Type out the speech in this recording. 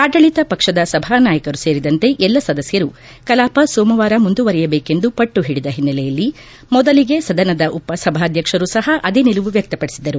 ಆಡಳಿತ ಪಕ್ಷದ ಸಭಾನಾಯಕರು ಸೇರಿದಂತೆ ಎಲ್ಲ ಸದಸ್ಯರು ಕಲಾಪ ಸೋಮವಾರ ಮುಂದುವರೆಯಬೇಕೆಂದು ಪಟ್ಲುಹಿಡಿದ ಹಿನ್ನೆಲೆಯಲ್ಲಿ ಮೊದಲಿಗೆ ಸದನದ ಉಪಸಭಾಧ್ಯಕ್ಷರು ಸಹ ಅದೇ ನಿಲುವು ವ್ಯಕ್ತಪಡಿಸಿದರು